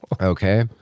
Okay